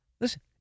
Listen